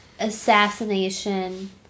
assassination